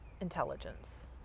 intelligence